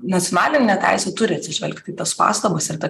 nacionalinė teisė turi atsižvelgti į tas pastabas ir ta